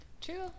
True